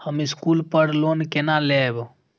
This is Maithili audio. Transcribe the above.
हम स्कूल पर लोन केना लैब?